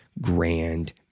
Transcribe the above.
grand